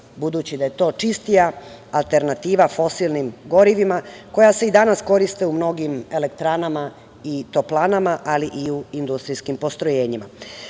budući da je to čistija alternativa fosilnim gorivima, koja se i danas koriste u mnogim elektranama i toplanama, ali i u industrijskim postrojenjima. Potvrđivanjem